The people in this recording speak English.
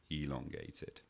elongated